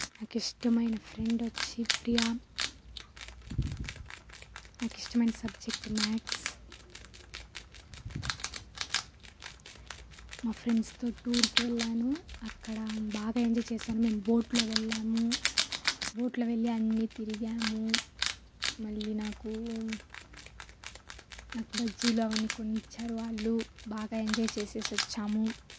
నాకు ఇష్టమైన ఫ్రెండ్ వచ్చి ప్రియా నాకు ఇష్టమైన సబ్జెక్ట్ మ్యాక్స్ నా ఫ్రెండ్స్తో టూర్కి వెళ్లాను అక్కడ బాగా ఎంజాయ్ చేశాము మేము బోట్లో వెళ్ళాము బోట్లో వెళ్లి అన్నీ తిరిగాము మళ్లీ నాకు నాకు బజ్జీలు అవన్నీ కొనిచ్చారు వాళ్లు బాగా ఎంజాయ్ చేసేసి వచ్చాము